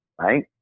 Right